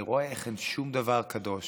אני רואה איך אין שום דבר קדוש.